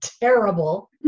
terrible